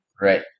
right